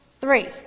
three